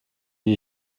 wie